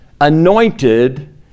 anointed